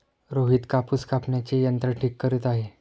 रोहित कापूस कापण्याचे यंत्र ठीक करत आहे